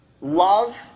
love